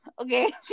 okay